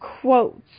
quotes